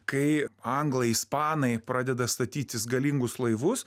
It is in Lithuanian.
kai anglai ispanai pradeda statytis galingus laivus